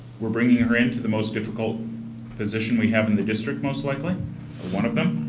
we're bringing her into the most difficult position we have in the district, most likely, or one of them.